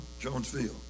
Jonesville